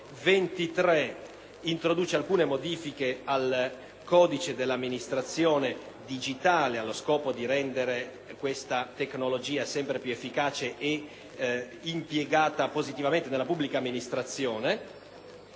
23 introduce alcune modifiche al codice dell'amministrazione digitale, allo scopo di rendere questa tecnologia sempre più efficace ed impiegata positivamente nella pubblica amministrazione;